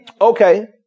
Okay